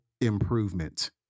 improvement